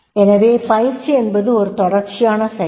எனவே பயிற்சி என்பது ஒரு தொடர்ச்சியான செயல்